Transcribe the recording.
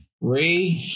Ray